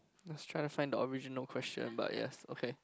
let's try to find the original question but yes okay